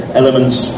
elements